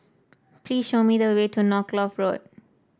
please show me the way to Norfolk Road